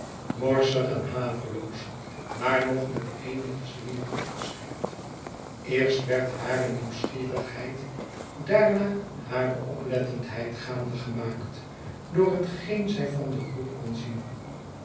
morsig en haveloos maar nog met eenigen zwier opgeschikt eerst werd hare nieuwsgierigheid daarna hare oplettendheid gaande gemaakt door hetgeen zij van de groep kon zien